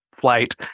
flight